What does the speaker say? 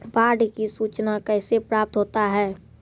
बाढ की सुचना कैसे प्राप्त होता हैं?